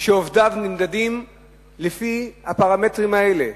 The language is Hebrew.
שעובדיו נמדדים לפי הפרמטרים האלה,